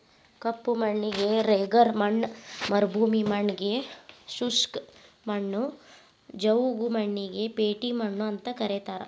ಕಪ್ಪು ಮಣ್ಣಿಗೆ ರೆಗರ್ ಮಣ್ಣ ಮರುಭೂಮಿ ಮಣ್ಣಗೆ ಶುಷ್ಕ ಮಣ್ಣು, ಜವುಗು ಮಣ್ಣಿಗೆ ಪೇಟಿ ಮಣ್ಣು ಅಂತ ಕರೇತಾರ